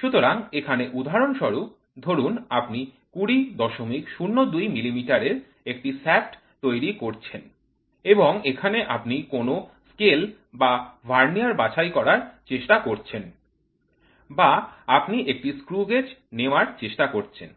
সুতরাং এখানে উদাহরণস্বরূপ ধরুন আপনি ২০০২ মিলিমিটারের একটি শ্যাফ্ট তৈরি করছেন এবং এখানে আপনি কোন স্কেল বা ভার্নিয়ার বাছাই করার চেষ্টা করছেন বা আপনি একটি স্ক্রু গেজ নেওয়ার চেষ্টা করছেন